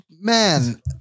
man